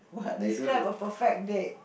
describe a perfect date